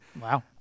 Wow